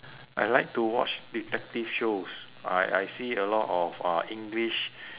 I like to watch detective shows I I see a lot of uh english